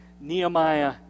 Nehemiah